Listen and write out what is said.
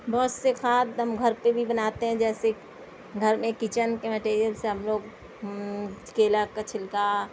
بہت سے کھاد ہم گھر پہ بھی بناتے ہیں جیسے گھر میں کچن کے مٹیریل سے ہم لوگ کیلا کا چھلکا